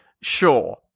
Sure